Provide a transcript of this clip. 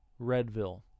Redville